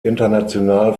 international